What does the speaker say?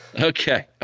Okay